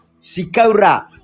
Sikaura